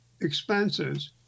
expenses